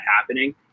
happening